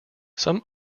some